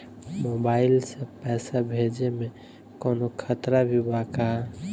Mobile से पैसा भेजे मे कौनों खतरा भी बा का?